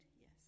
Yes